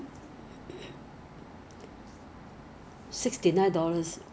I would suppose so lah I don't how this prime thing work lah 不我真的不不明白